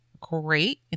great